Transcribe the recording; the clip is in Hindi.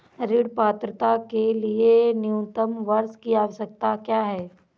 ऋण पात्रता के लिए न्यूनतम वर्ष की आवश्यकता क्या है?